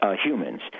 humans